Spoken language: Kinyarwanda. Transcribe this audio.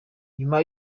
nyuma